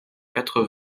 quatre